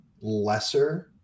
lesser